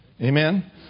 Amen